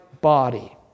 body